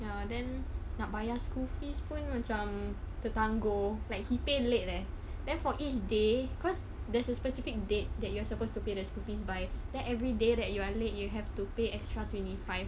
ya then nak bayar school fees pun macam tertangguh like he paid late leh then for each day cause there's a specific date that you are supposed to pay the school fees by then every day that you are late you have to pay extra twenty five